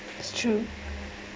it's true